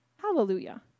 Hallelujah